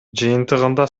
жыйынтыгында